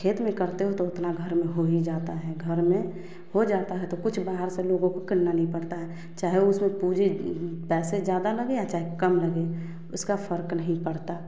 खेत में करते हो तो उतना घर में हो ही जाता हैं घर में हो जाता हैं तो कुछ बाहर से लोगों को करना नहीं पड़ता हैं चाहें उसमें पूरी पैसे ज़्यादा लगे या चाहे कम लगे उसका फर्क नहीं पड़ता